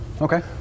Okay